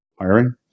hiring